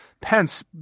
Pence